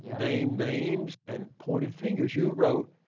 named names and pointed fingers. you wrote,